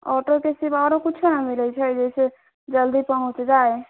ऑटोके सिवा आओरो किछो ना मिलैत छै जाहिसँ जल्दी पहुँच जाय